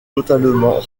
totalement